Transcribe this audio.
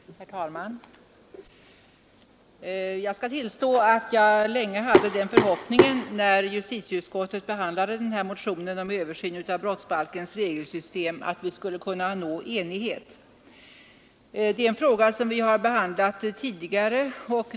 Herr talman! Jag skall tillstå att jag länge hade den förhoppningen när justitieutskottet behandlade motionen 607 om brottsbalkens regelsystem att vi skulle kunna nå enighet. Det är en fråga som vi har behandlat tidigare.